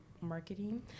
marketing